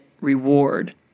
reward